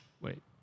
Wait